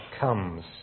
comes